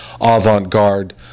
avant-garde